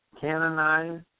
canonized